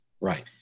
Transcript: Right